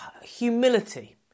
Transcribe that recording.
humility